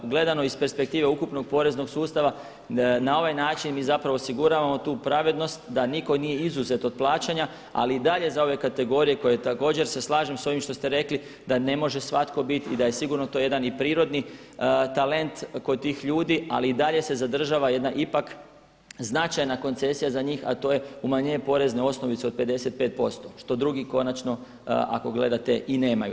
Gledano iz perspektive ukupnog poreznog sustava na ovaj način mi zapravo osiguravamo tu pravednost da nitko nije izuzet od plaćanja ali i dalje za ove kategorije koje također se slažem s ovim što ste rekli da ne može svatko biti i da je sigurno to jedan i prirodni talent kod tih ljudi, ali i dalje se zadržava ipak značajna koncesija za njih a to je umanjenje porezne osnovice od 55% što drugi konačno ako gledate i nemaju.